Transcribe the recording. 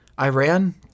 Iran